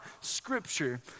Scripture